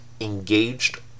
engaged